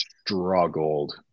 struggled